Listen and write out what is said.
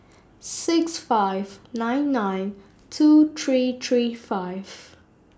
six five nine nine two three three five